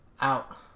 out